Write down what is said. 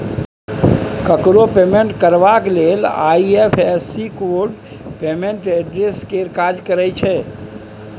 ककरो पेमेंट करबाक लेल आइ.एफ.एस.सी कोड पेमेंट एड्रेस केर काज करय छै